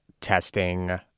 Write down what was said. testing